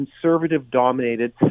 conservative-dominated